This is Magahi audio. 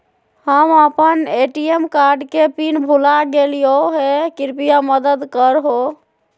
हम अप्पन ए.टी.एम कार्ड के पिन भुला गेलिओ हे कृपया मदद कर हो